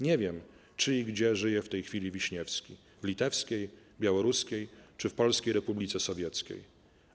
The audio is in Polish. Nie wiem, czy i gdzie żyje w tej chwili Wiśniewski: w litewskiej, białoruskiej czy w polskiej republice sowieckiej?